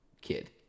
Kid